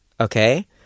okay